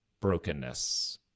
brokenness